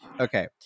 Okay